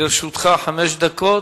לרשותך חמש דקות.